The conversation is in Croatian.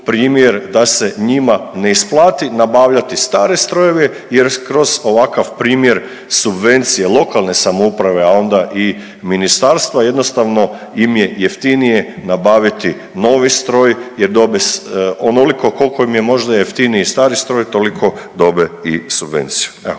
da se njima ne isplati nabavljati stare strojeve kroz ovakav primjer subvencije lokalne samouprave, a onda i Ministarstva, jednostavno im je jeftinije nabaviti novi stroj jer dobe onoliko koliko im je možda jeftiniji stari stroj, koliko dobe i subvenciju.